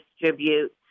distribute